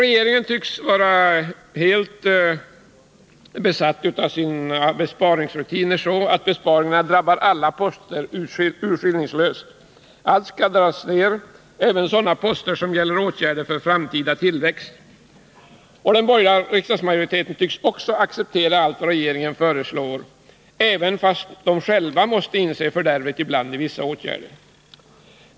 Regeringen tycks emellertid vara så fången i sina besparingsrutiner att besparingarna drabbar alla poster urskillningslöst. Allt skall dras ner, även sådana poster som gäller åtgärder för framtida tillväxt. Och den borgerliga riksdagsmajoriteten tycks också acceptera allt vad regeringen föreslår, även fastän den själv ibland måste inse fördärvet i vissa åtgärder.